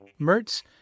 Mertz